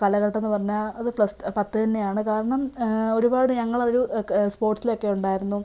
കാലഘട്ടമെന്ന് പറഞ്ഞാൽ അത് പ്ലസ്റ്റ് പത്ത് തന്നെയാണ് കാരണം ഒരുപാട് ഞങ്ങൾ ഒരു ക് സ്പോർട്ട്സിലൊക്കെ ഉണ്ടായിരുന്നു